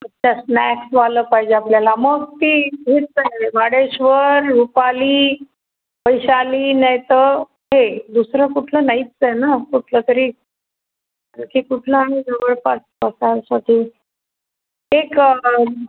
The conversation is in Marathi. अच्छा स्नॅक्सवालं पाहिजे आपल्याला मग ती हेच आहे वाडेश्वर रुपाली वैशाली नाहीतर हे दुसरं कुठलं नाहीच आहे ना कुठलं तरी कुठलं आहे जवळपास बसायसाठी एक